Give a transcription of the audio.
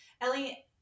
Ellie